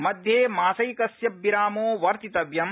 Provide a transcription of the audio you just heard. अध्ये मासैकस्य विरामो वर्तितव्यम्